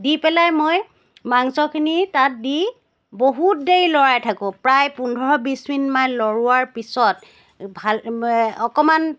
দি পেলাই মই মাংসখিনি তাত দি বহুত দেৰি ল'ৰাই থাকো প্ৰায় পোন্ধৰ বিশ মিনিটমান লৰোৱাৰ পিছত ভা অকণমান